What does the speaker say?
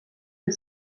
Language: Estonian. või